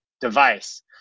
device